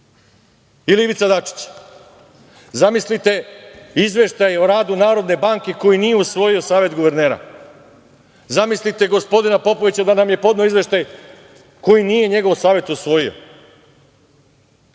Ivica Dačić. Zamislite Izveštaj o radu Narodne banke koji nije usvojio Savet guvernera. Zamislite gospodina Popovića da nam je podneo izveštaj koji nije njegov Savet usvojio.